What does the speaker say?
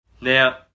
Now